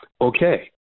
Okay